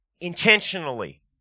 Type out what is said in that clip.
intentionally